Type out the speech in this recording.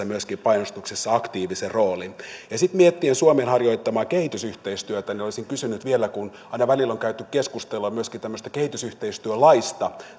myöskin tässä painostuksessa aktiivisen roolin sitten miettien suomen harjoittamaa kehitysyhteistyötä olisin kysynyt vielä kun aina välillä on käyty keskustelua myöskin tämmöisestä kehitysyhteistyölaista